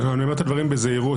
אני אומר את הדברים בזהירות,